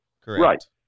correct